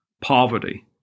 poverty